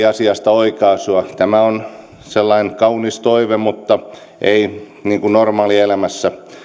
asiasta oikaisua tämä on sellainen kaunis toive mutta ei normaalielämässä